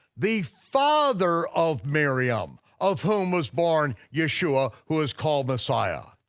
the father of miriam of whom was born yeshua, who is called messiah.